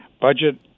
budget